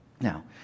Now